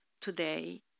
today